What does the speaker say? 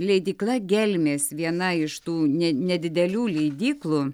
leidykla gelmės viena iš tų ne nedidelių leidyklų